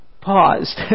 paused